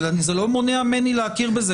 אך זה לא מונע ממני להכיר בזה,